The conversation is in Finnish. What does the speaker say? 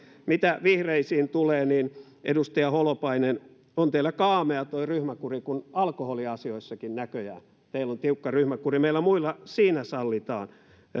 mitä vihreisiin tulee niin edustaja holopainen on teillä kaamea tuo ryhmäkuri kun alkoholiasioissakin näköjään teillä on tiukka ryhmäkuri meillä muilla siinä sallitaan